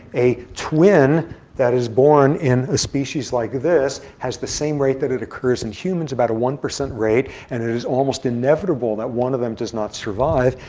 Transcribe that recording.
a twin that is born in a species like this has the same rate that it occurs in humans, about a one percent rate. and it is almost inevitable that one of them does not survive.